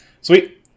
sweet